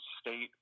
state